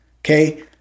Okay